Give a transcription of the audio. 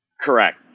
Correct